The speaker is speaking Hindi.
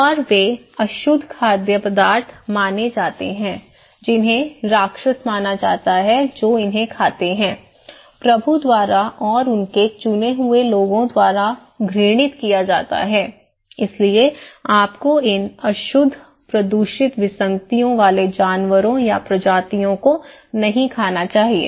और वे अशुद्ध खाद्य पदार्थ माने जाते हैं जिन्हें राक्षस माना जाता है प्रभु द्वारा और उनके चुने हुए लोगों द्वारा घृणित किया जाता है इसलिए आपको इन अशुद्ध प्रदूषित विसंगतियों वाले जानवरों या प्रजातियों को नहीं खाना चाहिए